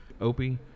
Opie